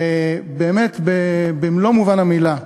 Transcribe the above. ובאמת, במלוא מובן המילה,